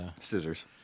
Scissors